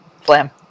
Flam